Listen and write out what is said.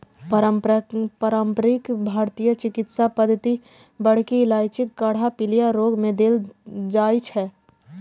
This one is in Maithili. पारंपरिक भारतीय चिकित्सा पद्धति मे बड़की इलायचीक काढ़ा पीलिया रोग मे देल जाइ छै